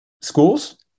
schools